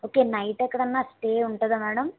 okay night ఎక్కడైనా stay ఉంటుందా madam